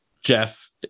Jeff